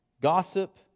Gossip